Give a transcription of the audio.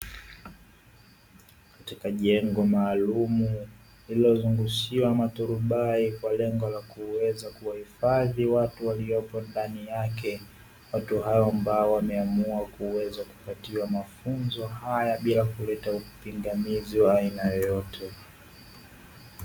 Katika jengo maalum lililozungushiwa maturubai kwa lengo la kuweza kuwahifadhi watu waliopo ndani yake. Watu hayo ambao wameamua kuweza kupatiwa mafunzo haya bila kuleta upingamizi wa aina yoyote.